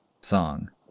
song